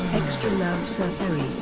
extra love sir perry!